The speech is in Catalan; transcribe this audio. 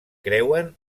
creuen